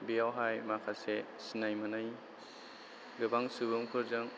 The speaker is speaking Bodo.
बेयावहाय माखासे सिनाय मोनै गोबां सुबुंफोरजों